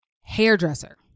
hairdresser